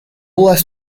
less